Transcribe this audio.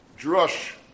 drush